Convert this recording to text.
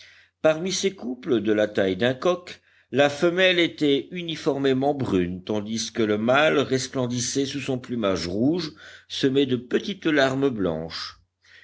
parmi ces couples de la taille d'un coq la femelle était uniformément brune tandis que le mâle resplendissait sous son plumage rouge semé de petites larmes blanches